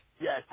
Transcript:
yes